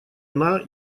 она